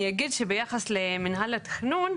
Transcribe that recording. אני אגיד שביחס למינהל התכנון,